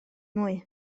mwy